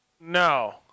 No